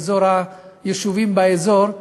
ליישובים באזור,